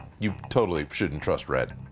you totally shouldn't trust red.